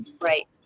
right